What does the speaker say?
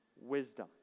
wisdom